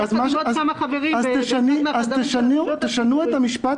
אז תשנו את המשפט